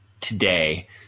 today